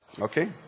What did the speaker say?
Okay